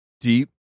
deep